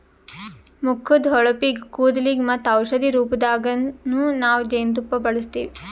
ಮುಖದ್ದ್ ಹೊಳಪಿಗ್, ಕೂದಲಿಗ್ ಮತ್ತ್ ಔಷಧಿ ರೂಪದಾಗನ್ನು ನಾವ್ ಜೇನ್ತುಪ್ಪ ಬಳಸ್ತೀವಿ